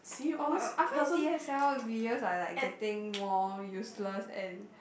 uh I find T_S_L videos are like getting more useless and